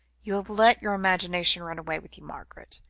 you have let your imagination run away with you, margaret.